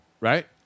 right